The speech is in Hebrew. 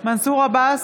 מנסור עבאס,